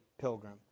pilgrim